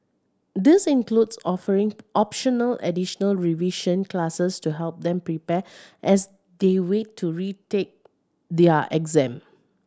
this includes offering optional additional revision classes to help them prepare as they wait to retake their exam